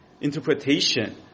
interpretation